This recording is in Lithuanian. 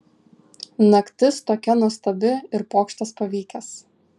naktis tokia nuostabi ir pokštas pavykęs